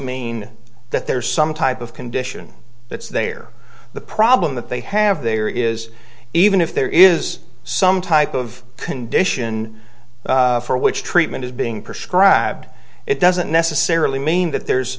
mean that there's some type of condition that's there the problem that they have there is even if there is some type of condition for which treatment is being prescribed it doesn't necessarily mean that there's